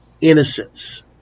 innocence